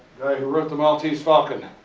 who wrote the maltese falcon,